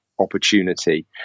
opportunity